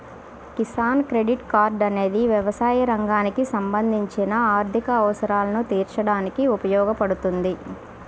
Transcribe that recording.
Kisan credit card అనేది వ్యవసాయ రంగానికి సంబంధించిన ఆర్థిక అవసరాలను తీర్చడానికి ఉపయోగపడుతుంది